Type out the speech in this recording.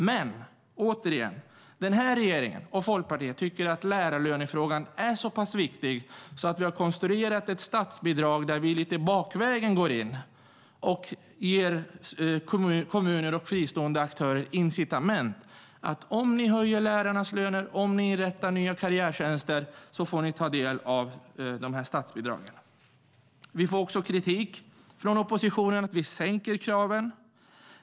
Men, återigen, den här regeringen och Folkpartiet tycker att lärarlönefrågan är så pass viktig att vi har konstruerat ett statsbidrag där vi går in lite bakvägen och ger kommuner och fristående aktörer incitament: Om ni höjer lärarnas löner och om ni inrättar nya karriärtjänster får ni ta del av de här statsbidragen. Vi får också kritik från oppositionen om att vi sänker kraven.